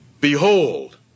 Behold